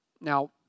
Now